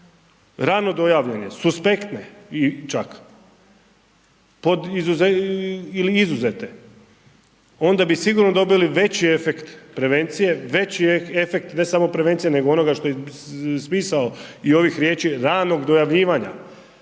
rano dojavljene, suspektne i čak, pod ili izuzete, onda bi sigurno dobili veći efekt prevencije, veći efekt ne samo prevencije nego onoga što je i smisao i ovih riječi ranog dojavljivanja.